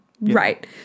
Right